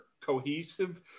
cohesive